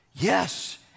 Yes